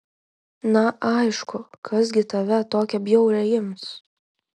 na aišku kas gi tave tokią bjaurią ims